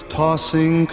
tossing